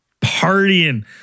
partying